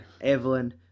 Evelyn